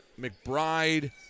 McBride